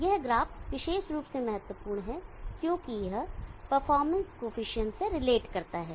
यह ग्राफ विशेष रूप से महत्वपूर्ण है क्योंकि यह परफॉर्मेंस कॉएफिशिएंट से रिलेट करता है